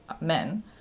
men